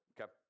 okay